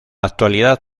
actualidad